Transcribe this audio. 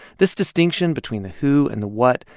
this distinction between the who and the what,